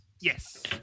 Yes